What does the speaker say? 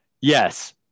yes